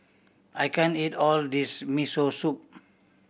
I can't eat all this Miso Soup